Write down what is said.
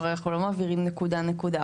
הרי אנחנו לא מעבירים נקודה נקודה.